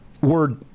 word